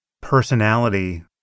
personality